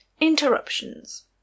Interruptions